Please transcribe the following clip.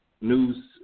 news